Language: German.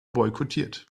boykottiert